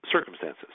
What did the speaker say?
circumstances